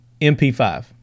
MP5